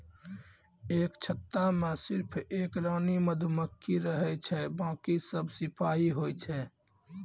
एक छत्ता मॅ सिर्फ एक रानी मधुमक्खी रहै छै बाकी सब सिपाही होय छै